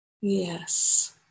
Yes